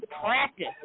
practice